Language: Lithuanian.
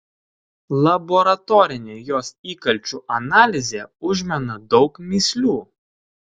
laboratorinė jos įkalčių analizė užmena daug mįslių